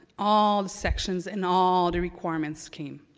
all sections and all the requirements came.